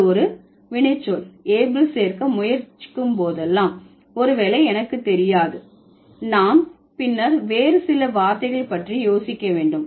நீங்கள் ஒரு வினைச்சொல் able சேர்க்க முயற்சி போதெல்லாம் ஒருவேளை எனக்கு தெரியாது நாம் பின்னர் வேறு சில வார்த்தைகள் பற்றி யோசிக்க வேண்டும்